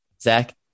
Zach